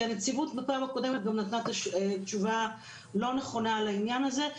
הנציבות בפעם הקודמת גם נתנה תשובה לא נכונה לעניין הזה,